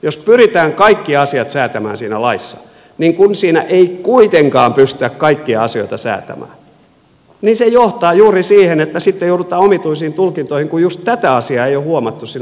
jos pyritään kaikki asiat säätämään siinä laissa niin kun siinä ei kuitenkaan pystytä kaikkia asioita säätämään niin se johtaa juuri siihen että sitten joudutaan omituisiin tulkintoihin kun just tätä asiaa ei ole huomattu siinä laissa säätää